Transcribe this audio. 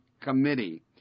committee